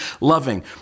loving